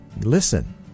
Listen